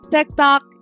TikTok